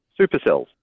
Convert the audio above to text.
supercells